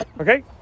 Okay